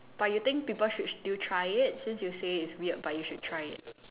but you think people should still try it since you think it's weird but you should try it